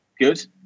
good